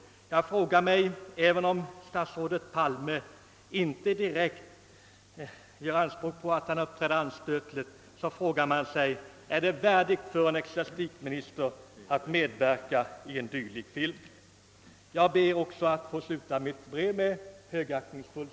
Även om statsrådet Palme avvisar påståendet att han uppträder anstötligt, måste man fråga sig: Är det värdigt för en ecklesiastikminister att medverka i en dylik film? Även jag ber att få sluta mitt brev med ordet högaktningsfullt.